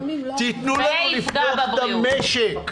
תיתנו לנו לפתוח את המשק.